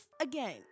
again